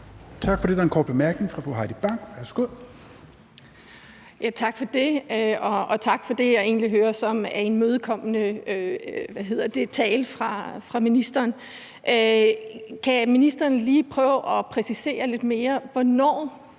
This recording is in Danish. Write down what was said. Tak for det. Der er en kort bemærkning fra fru Heidi Bank. Værsgo. Kl. 16:48 Heidi Bank (V): Tak for det. Og tak for det, jeg egentlig hører, som er imødekommende tale fra ministeren. Kan ministeren lige prøve at præcisere lidt mere, hvornår